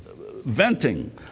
venting